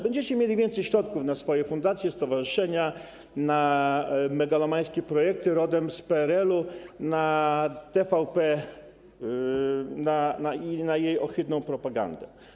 Będziecie mieli więcej środków na swoje fundacje, stowarzyszenia, na megalomańskie projekty rodem z PRL-u, na TVP i na jej ohydną propagandę.